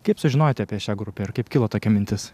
kaip sužinojote apie šią grupę ir kaip kilo tokia mintis